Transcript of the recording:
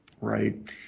Right